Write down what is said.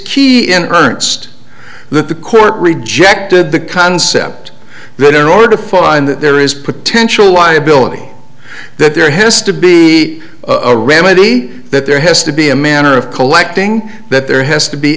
key in ernst that the court rejected the concept that in order to find that there is potential liability that there has to be a remedy that there has to be a manner of collecting that there has to be